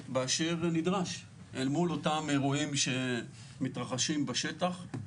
באשר נדרש אל מול אותם אירועים שמתרחשים בשטח.